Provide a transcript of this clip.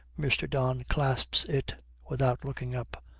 mr. don clasps it without looking up.